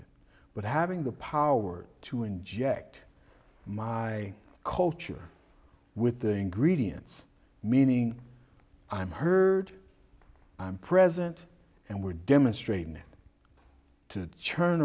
you but having the power to inject my culture with the ingredients meaning i'm heard i'm present and we're demonstrating to churn